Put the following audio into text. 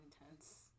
intense